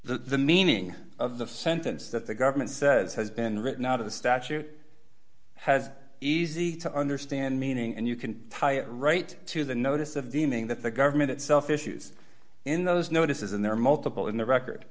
the meaning of the sentence that the government says has been written out of the statute has easy to understand meaning and you can tie it right to the notice of deeming that the government itself issues in those notices and there are multiple in the record